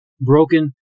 broken